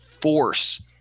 force